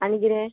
आनी कितें